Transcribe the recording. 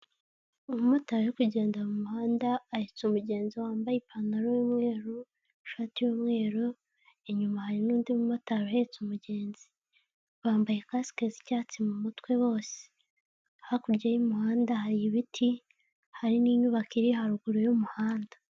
Umu motari uri kugendera mu muhanda ahetse umugenzi wambaye ipantaro y'umweru, ishati y'umweru, inyuma hari n'undi mumotari uhetse umugenzi, bambaye kasike z'icyatsi mu mutwe bose. Hakurya y'umuhanda hari ibiti, hari n'inyubako iri haruguru y'umuhanda.